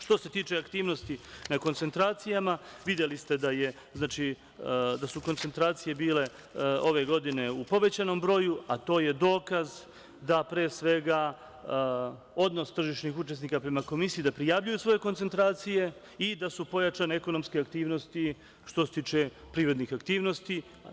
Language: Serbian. Što se tiče aktivnosti na koncentracijama, videli ste da su koncentracije bile ove godine u povećanom broju, a to je dokaz da, pre svega, odnos tržišnih učesnika prema Komisiji, da prijavljuju svoje koncentracije i da su pojačane ekonomske aktivnosti, što se tiče privrednih aktivnosti.